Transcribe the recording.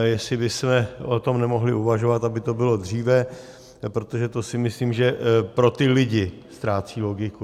Jestli bychom o tom nemohli uvažovat, aby to bylo dříve, protože to si myslím, že pro ty lidi ztrácí logiku.